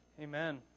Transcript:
Amen